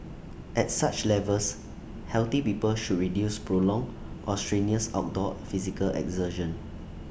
at such levels healthy people should reduce prolonged or strenuous outdoor physical exertion